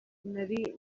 nari